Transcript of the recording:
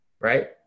Right